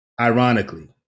ironically